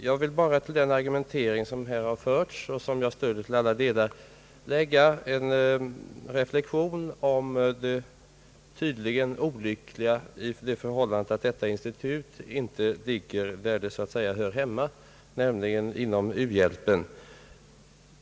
Jag vill bara till den argumentering som förts och som jag stöder till alla delar lägga en reflexion om det tydligen olyckliga i det förhållandet att detta institut inte ligger där det så att säga hör hemma, nämligen inom u-hjälpen.